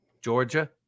Georgia